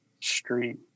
street